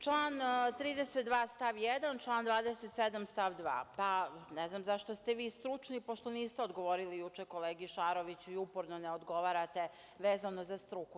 Član 32. stav 1 i član 27. stav 2. Ne znam za šta ste vi stručni, pošto niste odgovorili juče kolegi Šaroviću i uporno ne odgovarate vezano za struku.